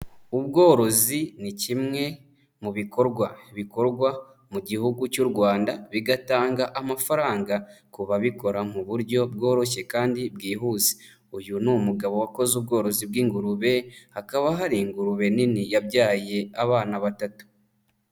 Ubworozi ni kimwe mu bikorwa bikorwa mu gihugu cy'u Rwanda, bigatanga amafaranga ku babikora mu buryo bworoshye kandi bwihuse, uyu ni umugabo wakoze ubworozi bw'ingurube, hakaba hari ingurube nini yabyaye abana batatu.